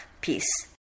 Peace